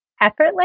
Effortless